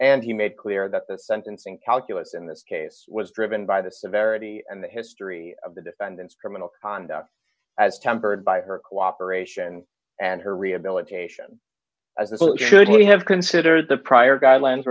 and he made clear that the sentencing calculus in this case was driven by the severity and the history of the defendant's criminal conduct as tempered by her cooperation and her rehabilitation as well you should have considered the prior guidelines